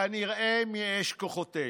כנראה מאש כוחותינו.